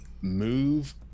move